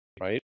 Right